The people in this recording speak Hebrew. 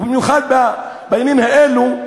ובמיוחד בימים האלה,